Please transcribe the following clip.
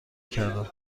کردم